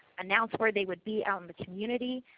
announce where they would be out community.